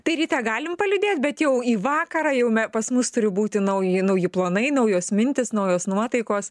tai ryte galim paliūdėt bet jau į vakarą jau pas mus turi būti nauji nauji planai naujos mintys naujos nuotaikos